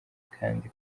kandi